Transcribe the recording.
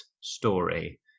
story